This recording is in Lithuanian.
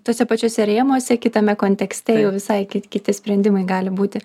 tuose pačiuose rėmuose kitame kontekste jau visai kiti sprendimai gali būti